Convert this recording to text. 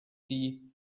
die